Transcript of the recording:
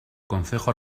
concejo